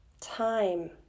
Time